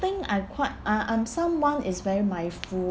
think I'm quite I I'm someone is very mindful